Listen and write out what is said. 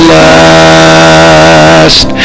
last